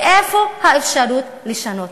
ואיפה האפשרות לשנות?